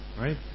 right